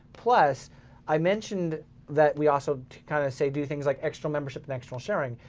plus i mentioned that we also kinda say do things like external membership and external sharing.